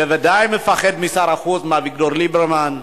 בוודאי מפחד משר החוץ אביגדור ליברמן,